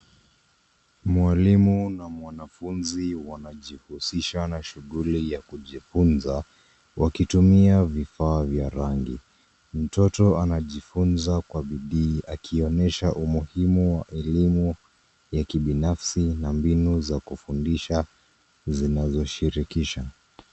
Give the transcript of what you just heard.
Mwalimu na mwanafunzi wanajihusisha na shughuli ya kujifunza wakitumia vifaa vya rangi. Mtoto anajifunza kwa bidii, akionyesha umuhimu wa elimu ya kibinafsi na mbinu za kufundisha zinazoshirikisha.